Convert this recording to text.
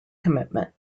commitment